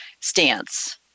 stance